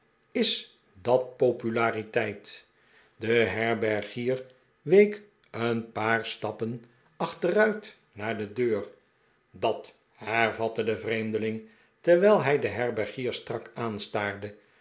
is dat populariteit de herbergier week een paar stappen achteruit naar de deur dat hervatte de vreemdeling terwijl hij den herbergier strak aanstaarde